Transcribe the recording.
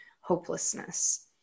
hopelessness